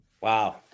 Wow